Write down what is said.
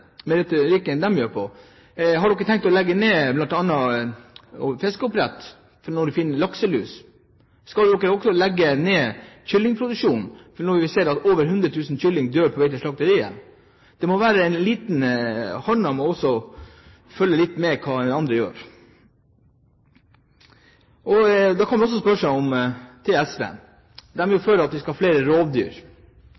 med den retorikken de har, er om de har tenkt å legge ned bl.a. fiskeoppdrett når en finner lakselus. Skal dere også legge ned kyllingproduksjonen når vi ser at over 100 000 kyllinger dør på vei til slakteriet? Det må være slik at den ene hånden følger litt med på hva den andre gjør. Da kan jeg også spørre SV, for de er jo